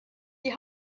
die